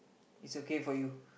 is okay for you